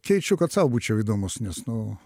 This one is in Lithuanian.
keičiu kad sau būčiau įdomus nes nu